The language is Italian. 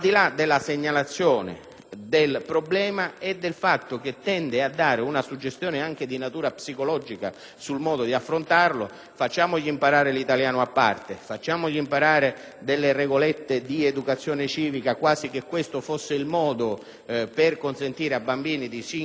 del problema, tende a dare una suggestione, anche di natura psicologica, sul modo di affrontarlo: facciamogli imparare l'italiano a parte; facciamogli imparare delle regolette di educazione civica, quasi che questo fosse il modo per consentire a bambini di cinque, sei,